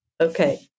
Okay